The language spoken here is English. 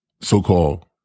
so-called